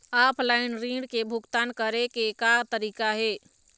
Offline ऋण के भुगतान करे के का तरीका हे?